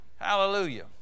hallelujah